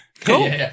Cool